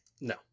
No